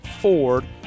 Ford